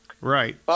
Right